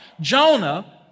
Jonah